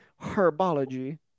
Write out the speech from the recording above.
herbology